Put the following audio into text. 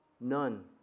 None